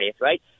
right